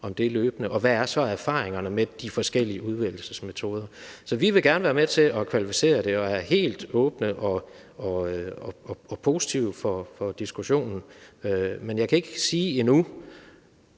om det, og hvad der så er erfaringerne med de forskellige udvælgelsesmetoder. Så vi vil gerne være med til at kvalificere det og er helt åbne og positive over for diskussionen. Men jeg kan endnu